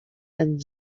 and